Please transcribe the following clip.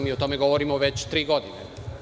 Mi o tome govorimo već tri godine.